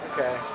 Okay